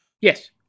Yes